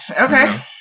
Okay